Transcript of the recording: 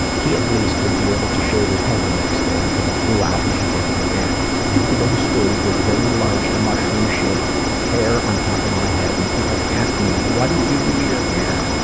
he at least would be able to shave his head the next day until it grew out, and she did it again. i had to go to school with this very large, mushroom shaped hair on top of my head, and people asking, what did you do to you hair?